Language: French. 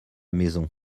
maison